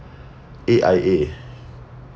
A_I_A